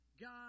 God